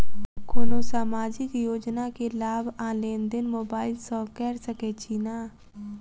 कोनो सामाजिक योजना केँ लाभ आ लेनदेन मोबाइल सँ कैर सकै छिःना?